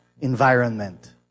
environment